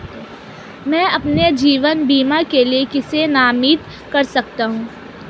मैं अपने जीवन बीमा के लिए किसे नामित कर सकता हूं?